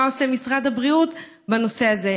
מה עושה משרד הבריאות בנושא הזה.